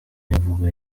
imvugo